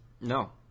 No